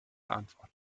antwort